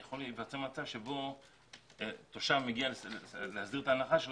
יכול להיווצר מצב שבו תושב מגיע להסדיר את ההנחה,